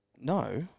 No